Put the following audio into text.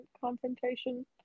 confrontation